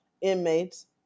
inmates